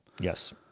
Yes